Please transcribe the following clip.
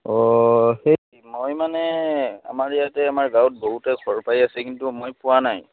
অঁ সেই মই মানে আমাৰ ইয়াতে আমাৰ গাঁৱত বহুতে ঘৰ পাই আছে কিন্তু মই পোৱা নাই